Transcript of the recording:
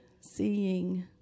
seeing